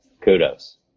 kudos